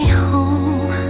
home